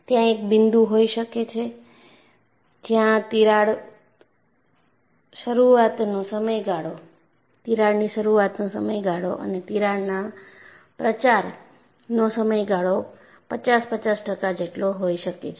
ત્યાં એક બિંદુ હોઈ શકે જ્યાં તિરાડની શરૂઆતનો સમયગાળો અને તિરાડના પ્રચારનો સમયગાળો પચાસ પચાસ ટકા જેટલો હોઈ શકે છે